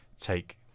take